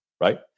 right